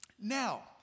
Now